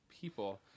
people